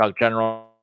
General